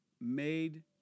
made